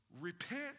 repent